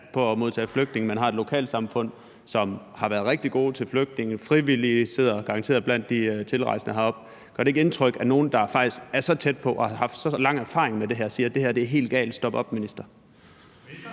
på at modtage flygtninge, og man har et lokalsamfund, som har været rigtig gode til flygtninge. Der sidder garanteret frivillige blandt de tilrejsende deroppe. Gør det ikke indtryk, at nogle, der faktisk er så tæt på og har haft så lang erfaring med det her, siger, at det her er helt galt; stop op, minister?